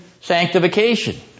sanctification